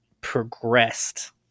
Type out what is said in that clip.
progressed